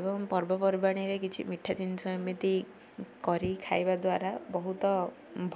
ଏବଂ ପର୍ବପର୍ବାଣିରେ କିଛି ମିଠା ଜିନିଷ ଏମିତି କରି ଖାଇବା ଦ୍ୱାରା ବହୁତ